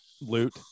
Loot